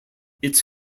its